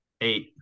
Eight